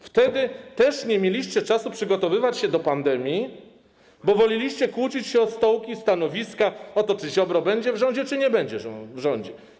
Wtedy też nie mieliście czasu przygotowywać się do pandemii, bo woleliście kłócić się o stołki, o stanowiska, o to, czy Ziobro będzie w rządzie, czy go nie będzie w rządzie.